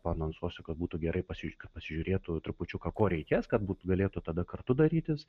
paanonsuosiu kad būtų gerai pasi pasižiūrėtų trupučiuką ko reikės kad būtų galėtų tada kartu darytis